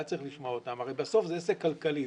היה צריך לשמוע אותם כי הרי בסוף זה עסק כלכלי.